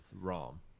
Rom